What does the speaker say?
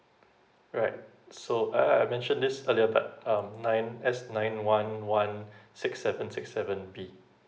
alright so uh I I mentioned this earlier but um nine S nine one one six seven six seven B